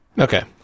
Okay